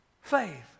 faith